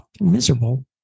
miserable